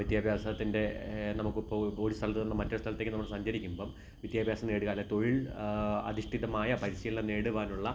വിദ്യാഭ്യാസത്തിൻ്റെ നമുക്കിപ്പോള് ഒരു സ്ഥലത്തുനിന്നു മറ്റൊരു സ്ഥലത്തേക്കു നമ്മൾ സഞ്ചരിക്കുമ്പോള് വിദ്യാഭ്യാസം നേടുക അല്ലേ തൊഴിൽ അധിഷ്ഠിതമായ പരിശീലനം നേടുവാനുള്ള